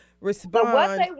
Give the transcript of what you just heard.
respond